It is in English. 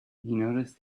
noticed